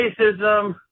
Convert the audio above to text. racism